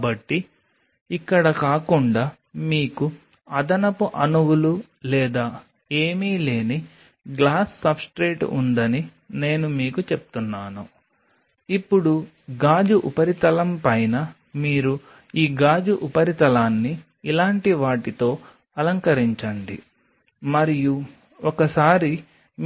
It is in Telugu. కాబట్టి ఇక్కడ కాకుండా మీకు అదనపు అణువులు లేదా ఏమీ లేని గ్లాస్ సబ్స్ట్రేట్ ఉందని నేను మీకు చెప్తున్నాను ఇప్పుడు గాజు ఉపరితలం పైన మీరు ఈ గాజు ఉపరితలాన్ని ఇలాంటి వాటితో అలంకరించండి మరియు ఒకసారి